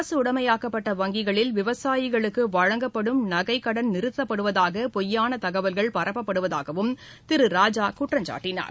அரசுடமையாக்கப்பட்ட வங்கிகளில் விவசாயிகளுக்கு வழங்கப்படும் நகை கடன் நிறுத்தப்படுவதாக பொய்யான தகவல்கள் பரப்பப்படுவதாகவும் திரு ராஜா குற்றம் சாட்டினார்